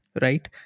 right